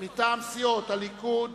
מטעם סיעות הליכוד,